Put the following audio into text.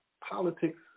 politics